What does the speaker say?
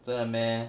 真的 meh